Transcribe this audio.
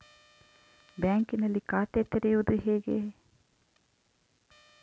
ಬ್ಯಾಂಕಿನಲ್ಲಿ ಖಾತೆ ತೆರೆಯುವುದು ಹೇಗೆ?